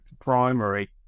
primary